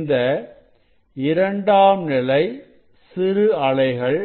இந்த இரண்டாம் நிலை சிறு அலைகள்